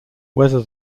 whether